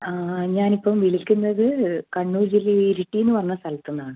ഞാൻ ഇപ്പം വിളിക്കുന്നത് കണ്ണൂർ ജില്ലയിലെ ഇരിട്ടി എന്നു പറഞ്ഞ സ്ഥലത്തു നിന്നാണ്